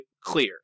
clear